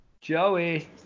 Joey